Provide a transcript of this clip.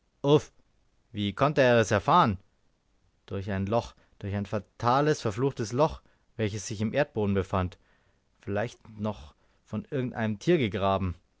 wie konnte er es erfahren durch ein loch durch ein fatales verfluchtes loch welches sich im erdboden befand vielleicht von irgend einem tier gegraben